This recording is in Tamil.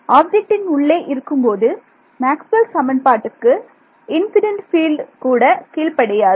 ஆப்ஜெக்ட் இன் உள்ளே இருக்கும்போது மேக்ஸ்வெல் சமன்பாட்டுக்கு இன்சிடென்ட் பீல்டு கூட கீழ்ப்படியாது